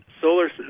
solar